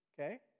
okay